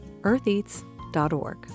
eartheats.org